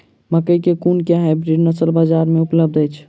मकई केँ कुन केँ हाइब्रिड नस्ल बजार मे उपलब्ध अछि?